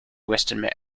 western